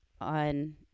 on